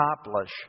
accomplish